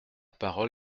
parole